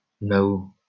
No